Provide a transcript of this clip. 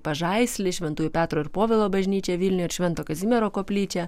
pažaislį šventųjų petro ir povilo bažnyčią vilniuj ir švento kazimiero koplyčią